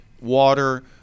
water